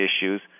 issues